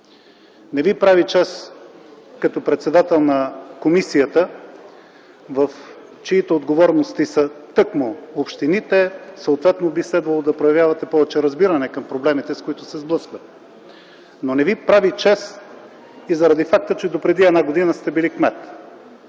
Не Ви прави чест като председател на комисията, в чиито отговорности са тъкмо общините и съответно би следвало да проявявате повече разбиране към проблемите, с които се сблъскват. Но не Ви прави чест и заради факта, че допреди една година сте бил кмет